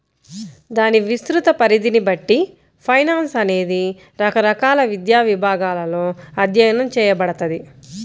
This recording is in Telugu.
దాని విస్తృత పరిధిని బట్టి ఫైనాన్స్ అనేది రకరకాల విద్యా విభాగాలలో అధ్యయనం చేయబడతది